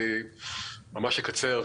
אני ממש אקצר,